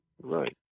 Right